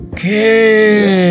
Okay